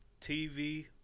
tv